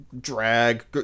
drag